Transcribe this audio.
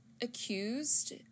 accused